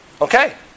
okay